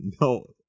no